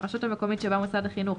הרשות המקומית שבה מוסד החינוך,